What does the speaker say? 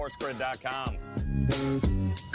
sportsgrid.com